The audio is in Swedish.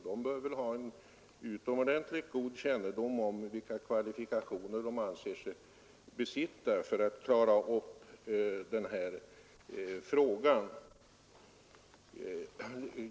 De bör ha en utomordentligt god kännedom om vilka kvalifikationer de anser sig besitta för att klara sina uppgifter.